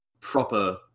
proper